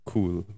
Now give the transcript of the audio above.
Cool